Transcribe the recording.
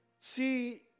See